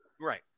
Right